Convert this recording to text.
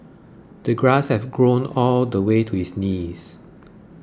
the grass had grown all the way to his knees